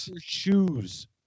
shoes